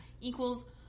equals